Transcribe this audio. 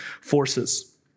forces